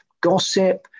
gossip